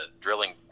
drilling